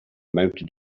mounted